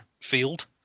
field